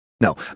No